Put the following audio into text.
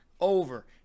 Over